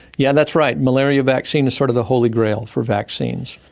yeah that's right, malaria vaccine is sort of the holy grail for vaccines.